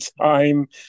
time